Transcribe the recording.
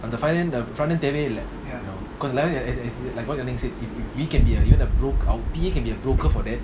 the front end the front end தேவையேஇல்ல:thevaye illa you know cause like that as as like what ya ning said if if we can be even the broke he can be a broker for that